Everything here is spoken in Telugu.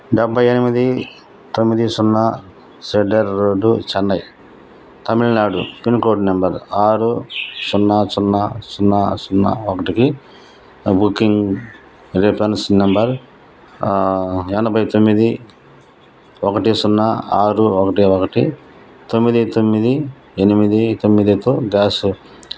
డెబ్బై ఎనిమిది తొమ్మిది సున్నా Sadar road Chennai Tamil Nadu pincode number ఆరు సున్నా సున్నా సున్నా సున్నా ఒకటికి బుకింగ్ రిఫరెన్స్ నెంబర్ ఎనభై తొమ్మిది ఒకటి సున్నా ఆరు ఒకటి ఒకటి తొమ్మిది తొమ్మిది ఎనిమిది తొమ్మిదితో గ్యాసు